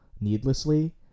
needlessly